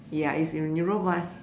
ya is in Europe ah